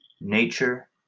Nature